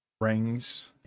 rings